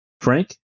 Frank